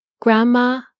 Grandma